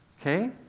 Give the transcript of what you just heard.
Okay